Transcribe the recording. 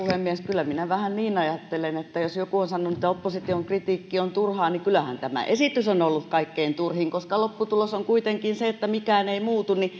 kyllä minä vähän niin ajattelen että jos joku on sanonut että opposition kritiikki on turhaa niin kyllähän tämä esitys on on ollut kaikkein turhin koska lopputulos on kuitenkin se että mikään ei muutu niin